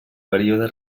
període